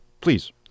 please